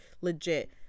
legit